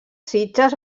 sitges